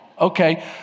Okay